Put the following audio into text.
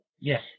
Yes